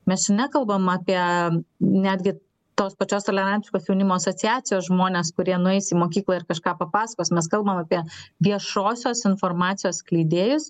mes čia nekalbam apie netgi tos pačios tolerantiškos jaunimo asociacijos žmones kurie nueis į mokyklą ir kažką papasakos mes kalbam apie viešosios informacijos skleidėjus